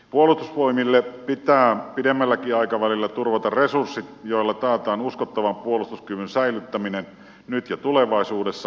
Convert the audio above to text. puolustusvoimille pitää pidemmälläkin aikavälillä turvata resurssit joilla taataan uskottavan puolustuskyvyn säilyttäminen nyt ja tulevaisuudessa